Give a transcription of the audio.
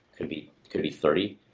could be could be thirty.